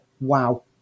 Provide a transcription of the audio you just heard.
Wow